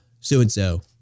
so-and-so